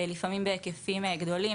לפעמים בהיקפים גדולים.